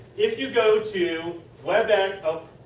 if you go to webex. um